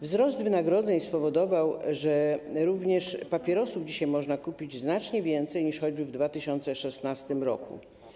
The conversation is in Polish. Wzrost wynagrodzeń spowodował, że również papierosów dzisiaj można kupić znacznie więcej niż choćby w 2016 r.